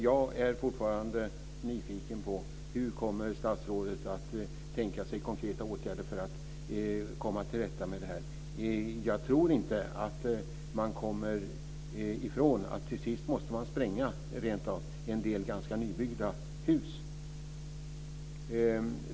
Jag är fortfarande nyfiken på hur statsrådet tänker sig konkreta åtgärder för att komma till rätta med det här. Jag tror inte att man kommer ifrån att till sist måste man rent av spränga en del ganska nybyggda hus.